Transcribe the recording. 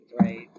right